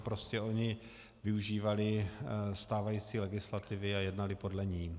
Prostě oni využívali stávající legislativy a jednali podle ní.